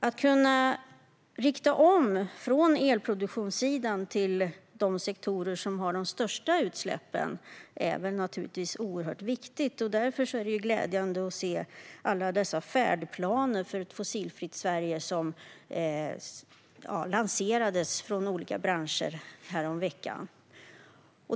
Att elproduktionssidan riktar om till de sektorer som har de största utsläppen är naturligtvis oerhört viktigt, och därför är det glädjande att se alla dessa färdplaner för ett fossilfritt Sverige som lanserades från olika branscher häromveckan.